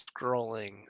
scrolling